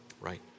Right